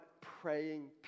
praying